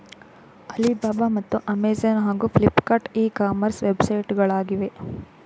Alibaba ಮತ್ತು Amazon ಹಾಗೂ Flipkart e commerce ವೆಬ್ಸೈಟ್ಗಳು ಆಗಿವೆ